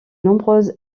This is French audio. nombreuses